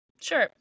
Sure